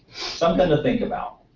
something to think about.